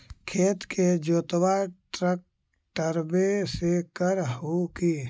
खेत के जोतबा ट्रकटर्बे से कर हू की?